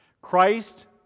Christ